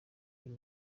uyu